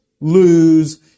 lose